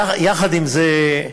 יחד עם זה,